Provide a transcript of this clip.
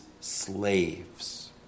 slaves